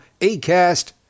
Acast